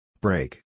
Break